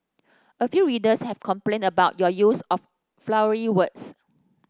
a few readers have complained about your use of flowery words